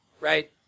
right